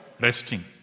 resting